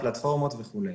הפלטפורמות וכו'.